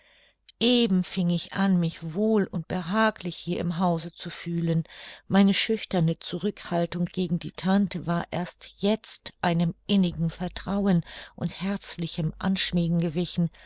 eben fing ich an mich wohl und behaglich hier im hause zu fühlen meine schüchterne zurückhaltung gegen die tante war erst jetzt einem innigen vertrauen und herzlichem anschmiegen gewichen